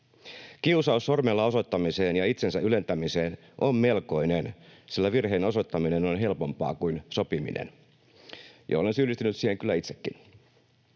Kiusaus sormella osoittamiseen ja itsensä ylentämiseen on melkoinen, sillä virheen osoittaminen on helpompaa kuin sopiminen, ja olen syyllistynyt siihen kyllä itsekin.